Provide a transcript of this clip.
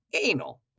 anal